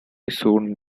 soon